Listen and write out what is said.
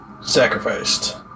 Sacrificed